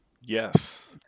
Yes